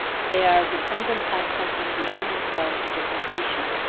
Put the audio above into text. they are dependent upon something beyond themselves for completion.